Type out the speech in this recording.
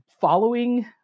following